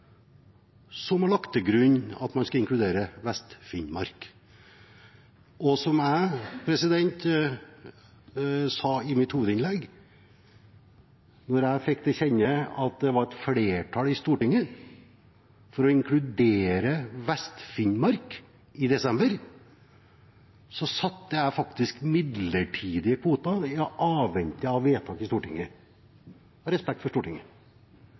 at man skal inkludere Vest-Finnmark. Som jeg sa i mitt i hovedinnlegg: Da jeg ble kjent med at det var et flertall i Stortinget for å inkludere Vest-Finnmark i desember, satte jeg faktisk midlertidige kvoter i påvente av vedtak i Stortinget, av respekt for Stortinget.